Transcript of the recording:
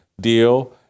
deal